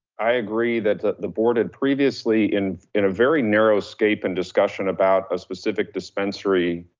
i agree that the board had previously in in a very narrow escape in discussion about a specific dispensary,